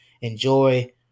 enjoy